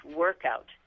workout